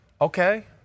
Okay